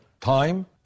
time